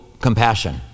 compassion